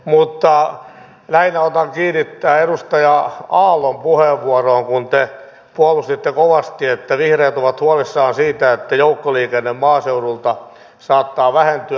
lähinnä otan kiinni tähän edustaja aallon puheenvuoroon kun te puolustitte kovasti että vihreät ovat huolissaan siitä että joukkoliikenne maaseudulta saattaa vähentyä